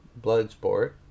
Bloodsport